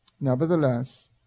Nevertheless